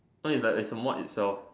so it's like it's a mod itself